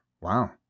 Wow